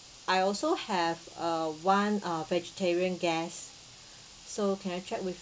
I also have uh one uh vegetarian guest so can I check with